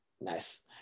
Nice